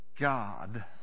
God